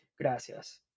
Gracias